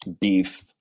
beef